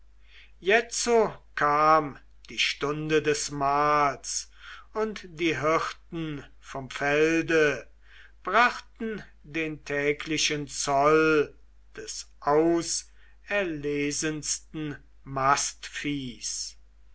jetzo kam die stunde des mahls und die hirten vom felde brachten den täglichen zoll des auserlesensten